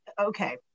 okay